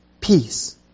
peace